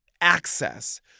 access